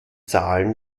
zahlen